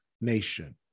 nation